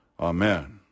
Amen